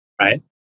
right